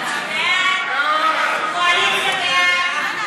ההצעה להעביר את